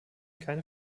keine